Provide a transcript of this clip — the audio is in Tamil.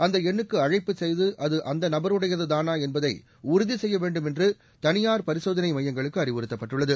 அந்த எண்ணுக்கு அழைப்பு செய்து அது அந்த நபருடையது தானா என்பதை உறுதி செய்ய வேண்டும் என்று தனியாா் பரிசோதனை மையங்களுக்கு அறிவுறுத்தப்பட்டுள்ளது